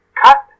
cut